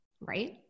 Right